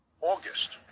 August